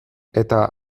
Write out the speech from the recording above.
eta